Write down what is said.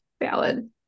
Valid